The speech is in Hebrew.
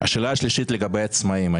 שאלה שלישית לגבי העצמאיים.